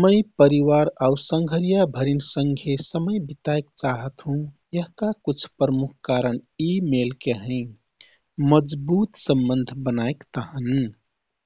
मै परिवार आउ सँघरिया भरिन सँघे समय बिताइक चाहत हुँ। यसका कुछ प्रमुख कारण यी मेकल हैँः मजबुत सम्बन्ध बनाइक तहन,